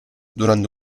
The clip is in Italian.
durante